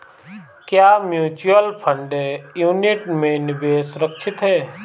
क्या mutual fund unit में निवेश सुरक्षित है?